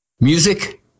music